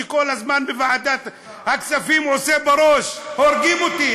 שכל הזמן בוועדת הכספים עושה בראש "הורגים אותי"?